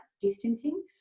distancing